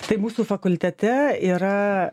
tai mūsų fakultete yra